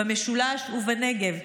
במשולש ובנגב.